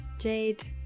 Jade